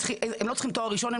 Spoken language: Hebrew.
הם לא צריכים תואר ראשון,